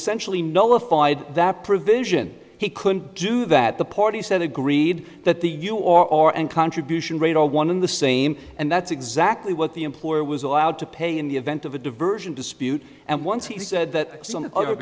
essentially no if i'd that provision he could do that the party said agreed that the you or and contribution rate are one in the same and that's exactly what the employer was allowed to pay in the event of a diversion dispute and once he said that on the other